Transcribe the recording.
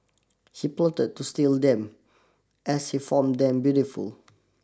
he plotted to steal them as he fond them beautiful